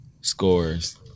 scores